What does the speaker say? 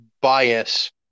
bias